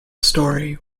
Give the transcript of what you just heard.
story